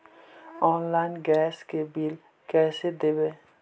Online gas के bill कैसे देबै?